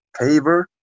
paver